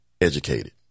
educated